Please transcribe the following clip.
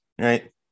right